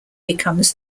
becomes